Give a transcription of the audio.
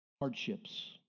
hardships